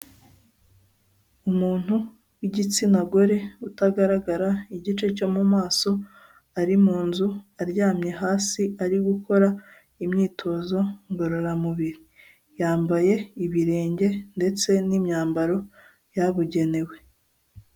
Umuntu w'igitsina gore utagaragara igice cyo mu maso ari mu nzu aryamye hasi ari gukora imyitozo ngororamubiri, yambaye ibirenge ndetse n'imyambaro yabugenewe.